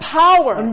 power